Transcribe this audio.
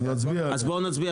רוויזיה.